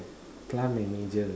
plant manager